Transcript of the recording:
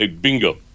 Bingo